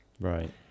Right